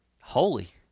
holy